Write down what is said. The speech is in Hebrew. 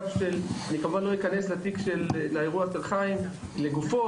אני כמובן לא אכנס לאירוע של חיים לגופו,